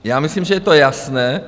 Já myslím, že je to jasné.